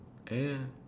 uh ya